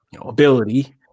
ability